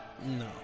No